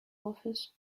office